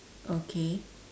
okay